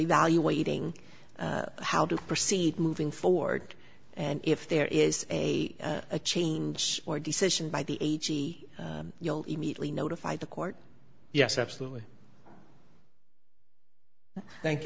evaluating how to proceed moving forward and if there is a a change or decision by the agency you'll immediately notify the court yes absolutely thank you